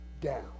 down